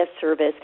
service